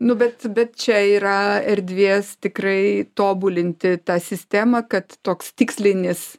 nu bet bet čia yra erdvės tikrai tobulinti tą sistemą kad toks tikslinis